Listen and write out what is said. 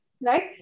right